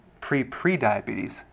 pre-pre-diabetes